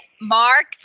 Mark